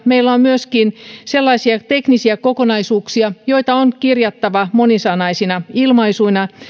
meillä on myöskin sellaisia teknisiä kokonaisuuksia joita on kirjattava monisanaisina ilmaisuina